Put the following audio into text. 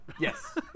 yes